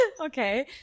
Okay